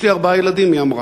יש לי ארבעה ילדים, היא אמרה,